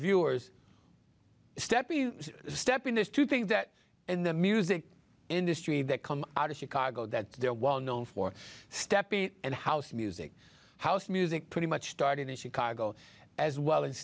viewers step you step in this to think that and the music industry that come out of chicago that they're well known for stepping and house music house music pretty much starting in chicago as well a